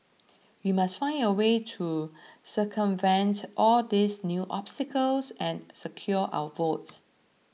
we must find a way to circumvent all these new obstacles and secure our votes